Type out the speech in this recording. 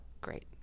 great